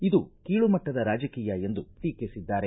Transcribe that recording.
ಇದು ಕೀಳು ಮಟ್ಟದ ರಾಜಕೀಯ ಎಂದು ಟೀಕಿಸಿದ್ದಾರೆ